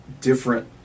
different